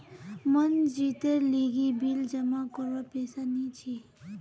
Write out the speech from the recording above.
मनजीतेर लीगी बिल जमा करवार पैसा नि छी